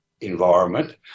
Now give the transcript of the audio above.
environment